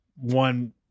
one